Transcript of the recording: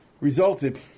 resulted